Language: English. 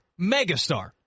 megastar